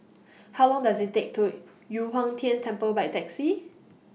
How Long Does IT Take to Yu Huang Tian Temple By Taxi